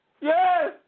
Yes